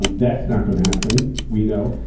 um that's not going to happen, we know.